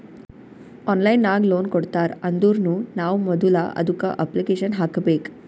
online ನಾಗ್ loan ಕೊಡ್ತಾರ್ ಅಂದುರ್ನು ನಾವ್ ಮೊದುಲ ಅದುಕ್ಕ ಅಪ್ಲಿಕೇಶನ್ ಹಾಕಬೇಕ್